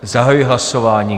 Zahajuji hlasování.